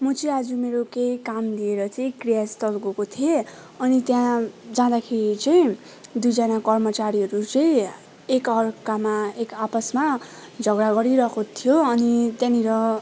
म चाहिँ आज मेरो केही काम लिएर चाहिँ क्रियास्थल गएको थिएँ अनि त्यहाँ जाँदाखेरि चाहिँ दुईजना कर्मचारीहरू चाहिँ एकाअर्कामा एक आपसमा झगडा गरिरहेको थियो अनि त्यहाँनिर